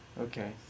Okay